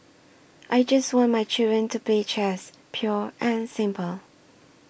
I just want my children to play chess pure and simple